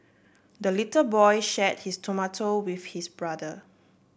the little boy shared his tomato with his brother